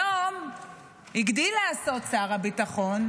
היום הגדיל לעשות שר הביטחון,